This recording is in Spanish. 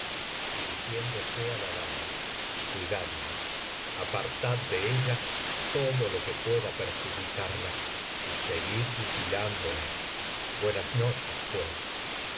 mío perdónanos á todos dirigiéndose á la dama cuidadla apartad de ella todo lo que pueda perjudicarla y seguid vigilándola buenas noches pues